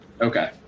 Okay